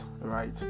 right